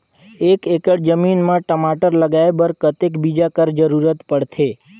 एक एकड़ जमीन म टमाटर लगाय बर कतेक बीजा कर जरूरत पड़थे?